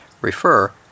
refer